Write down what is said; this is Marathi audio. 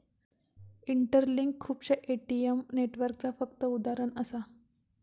इंटरलिंक खुपश्या ए.टी.एम नेटवर्कचा फक्त उदाहरण असा